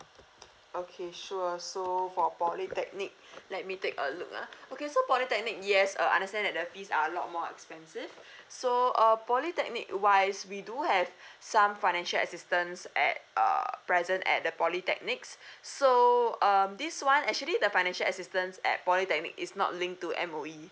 okay sure so for polytechnic let me take a look ah okay so polytechnic yes uh I understand that their fees are a lot more expensive so err polytechnic wise we do have some financial assistance at uh present at the polytechnics so um this one actually the financial assistance at polytechnic is not linked to M_O_E